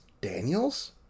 Daniels